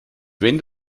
wenn